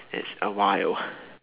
it's a while